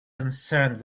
concerned